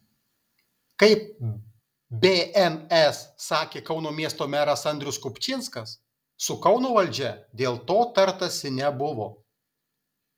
kaip bns sakė kauno miesto meras andrius kupčinskas su kauno valdžia dėl to tartasi nebuvo